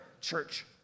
church